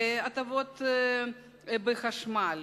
הטבות בחשמל,